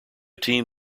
team